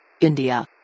India